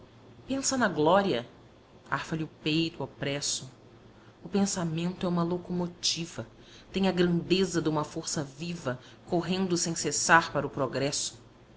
pansa na glória arfa lhe o peito opresso o pensamento é uma locomotiva tem a grandeza duma força viva correndo sem cessar para o progresso